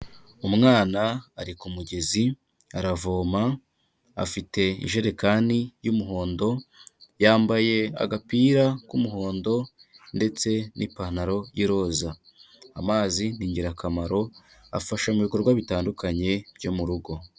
Umwana ari ku mugezi aravoma afite ijerekani y'umuhondo, yambaye agapira k'umuhondo ndetse n'ipantaro y'iroza. Amazi ni ingirakamaro afasha mu bikorwa bitandukanye byo mu rugo.